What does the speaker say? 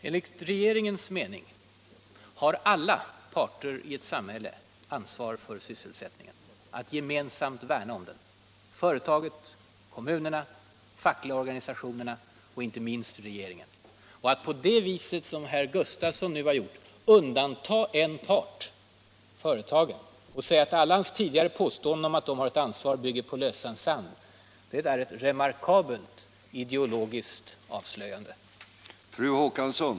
Enligt den nuvarande regeringens mening har alla parter i ett samhälle ansvar för sysselsättningen, att gemensamt värna om den: företagen, kommunerna, de fackliga organisationerna och inte minst regeringen. Att på det vis som herr Gustafsson nu gjorde undanta en part, nämligen företagen, och säga att alla hans tidigare påståenden om att de har ett ansvar bygger på lösan sand är ett remarkabelt ideologiskt avslöjande.